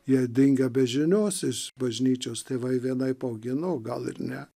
jie dingę be žinios iš bažnyčios tėvai vienaip augino o gal ir ne